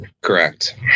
Correct